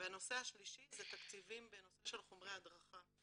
והנושא השלישי זה תקציבים בנושא של חומרי הדרכה.